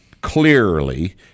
clearly